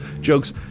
jokes